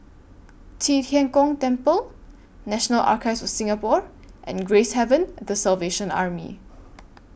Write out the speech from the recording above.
Qi Tian Gong Temple National Archives of Singapore and Gracehaven The Salvation Army